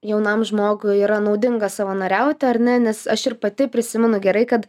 jaunam žmogui yra naudinga savanoriauti ar ne nes aš ir pati prisimenu gerai kad